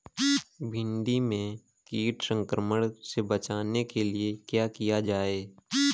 भिंडी में कीट संक्रमण से बचाने के लिए क्या किया जाए?